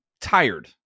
tired